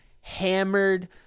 hammered